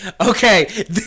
okay